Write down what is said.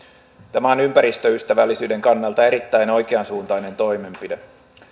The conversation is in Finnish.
tämä on ympäristöystävällisyyden kannalta erittäin oikeansuuntainen toimenpide